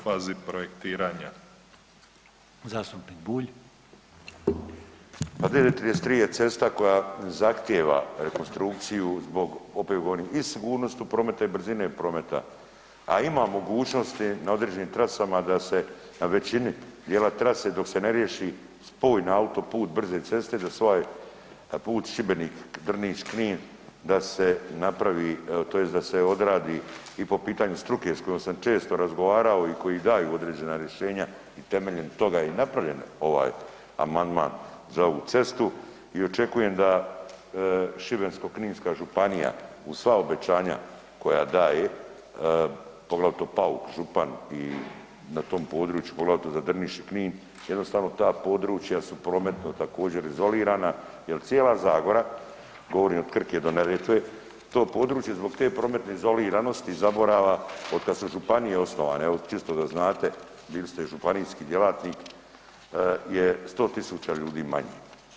Pa D-33 je cesta koja zahtjeva rekonstrukciju zbog, opet govorim, i sigurnosti u prometu i brzine prometa, a ima mogućnosti na određenim trasama da se na većini dijela trase dok se ne riješi spoj na autoput brze ceste da se ovaj put Šibenik-Drniš-Knin da se napravi tj. da se odradi i po pitanju struke s kojom sam često razgovarao i koji daju određena rješenja temeljem toga i napravljen ovaj amandman za ovu cestu i očekujem da Šibensko-kninska županija uz sva obećanja koja daje, poglavito Pauk župan i na tom području, poglavito za Drniš i Knin jednostavno ta područja su prometno također izolirana jel cijela zagora, govorim od Krke do Neretve, to područje zbog te prometne izoliranosti i zaborava, otkad su županije osnovane, evo čisto da znate, bili ste i županijski djelatnik, je 100.000 ljudi manje.